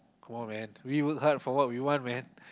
come on man we work hard for what we want man